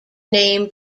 name